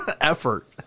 effort